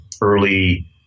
early